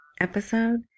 episode